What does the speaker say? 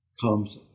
comes